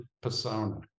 persona